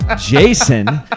Jason